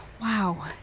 wow